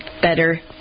Better